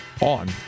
on